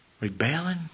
Rebelling